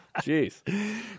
Jeez